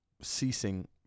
ceasing